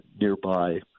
nearby